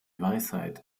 weisheit